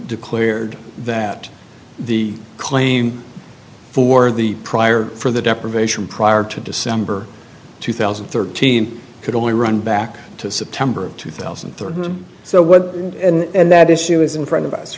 declared that the claim for the prior for the deprivation prior to december two thousand and thirteen could only run back to september of two thousand and thirteen so what and that issue is in front of us